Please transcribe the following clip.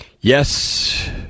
Yes